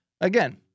again